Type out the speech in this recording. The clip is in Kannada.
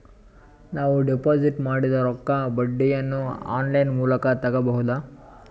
ನಾವು ಡಿಪಾಜಿಟ್ ಮಾಡಿದ ರೊಕ್ಕಕ್ಕೆ ಬಡ್ಡಿಯನ್ನ ಆನ್ ಲೈನ್ ಮೂಲಕ ತಗಬಹುದಾ?